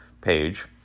page